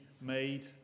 made